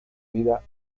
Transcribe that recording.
vida